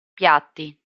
piatti